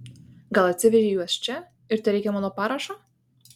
gal atsivežei juos čia ir tereikia mano parašo